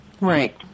Right